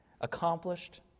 accomplished